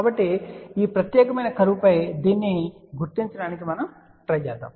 కాబట్టి ఈ ప్రత్యేకమైన కర్వ్ పై దీన్ని గుర్తించడానికి ప్రయత్నిద్దాం